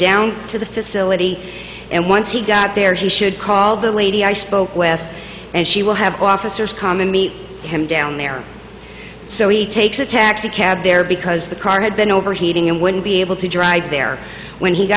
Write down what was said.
down to the facility and once he got there he should call the lady i spoke with and she will have officers come and meet him down there so he takes a taxi cab there because the car had been overheating and wouldn't be able to drive there when he